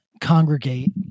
congregate